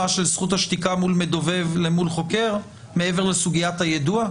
מול מדובב אל מול חוקר מעבר לסוגיית היידוע?